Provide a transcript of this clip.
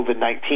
COVID-19